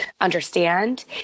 understand